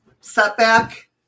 setback